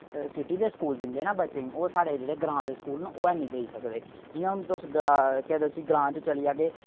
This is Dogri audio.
सिटी दे स्कूल दिंदे ना बच्चें गी ओह् साढ़े जेह्ड़े ग्रां दे स्कूल न ओह् हैनी देई सकदे जि'यां हून तुस ग्रां केह् आखदे उस्सी ग्रां च चली जाग्गे